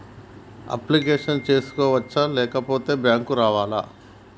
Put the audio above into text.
Application చేసుకోవచ్చా లేకపోతే bank రావాలా?